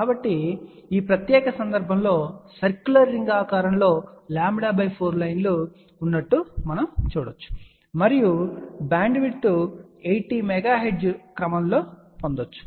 కాబట్టి ఈ ప్రత్యేక సందర్భంలో సర్క్యులర్ రింగ్ ఆకారంలో λ4 లైన్లు వంగి ఉన్నట్లు మనం చూడవచ్చు మరియు బ్యాండ్విడ్త్ 80 MHz క్రమం లో పొందవచ్చు